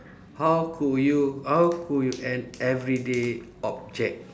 how could you how could you an everyday object